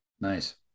Nice